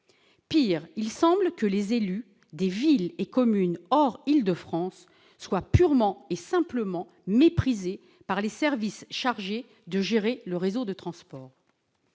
Pire, il semble que les élus des villes et communes hors de l'Île-de-France soient purement et simplement méprisés par les services chargés de gérer le réseau de transports.